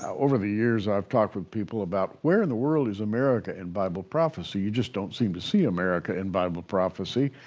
over the years i've talked to people about where in the world is america in bible prophecy? you just don't seem to see america in bible prophecy,